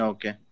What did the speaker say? Okay